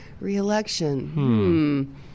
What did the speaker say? reelection